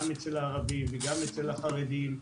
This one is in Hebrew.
גם אצל הערבים וגם אצל החרדים.